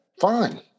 fine